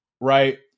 Right